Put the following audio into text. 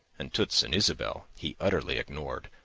and toots and ysabel he utterly ignored,